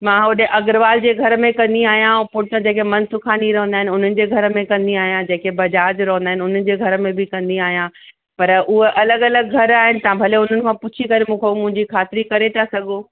मां होॾे अग्रवाल जे घर में कंदी आहियां पुठियां जेके मनसुखानी रहंदा आहिनि उन्हनि जे घर में कंदी आहियां जेके बजाज रहंदा आहिनि उन्हनि जे घर बि कंदी आहियां पर उहे अलॻि अलॻि घर आहिनि तव्हां भले उन्हनि खां पुछी करे मूंखां मुंहिंजी खातिरी करे था सघो